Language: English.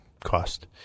cost